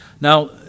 Now